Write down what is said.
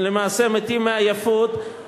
שלמעשה כבר מתים מעייפות,